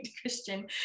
Christian